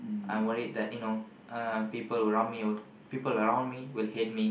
I'm worried that you know uh people around me will people around me will hate me